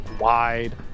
wide